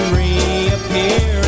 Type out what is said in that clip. reappear